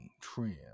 trim